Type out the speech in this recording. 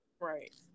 Right